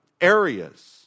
areas